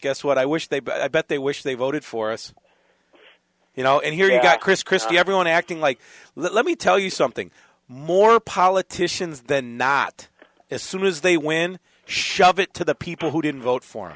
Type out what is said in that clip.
guess what i wish they but i bet they wish they voted for us you know and here you got chris christie everyone acting like let me tell you something more politicians than not as soon as they win shove it to the people who didn't vote for him